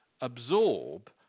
absorb